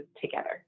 together